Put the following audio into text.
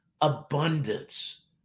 Abundance